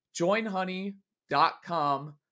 joinhoney.com